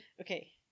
Okay